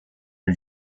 new